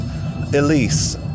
Elise